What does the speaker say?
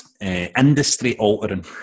industry-altering